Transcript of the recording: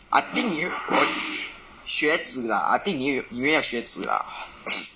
I think 你会我鞋子 lah I think 你会你会要鞋子 lah